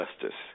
justice